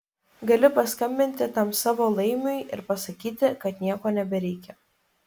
gali paskambinti tam savo laimiui ir pasakyti kad nieko nebereikia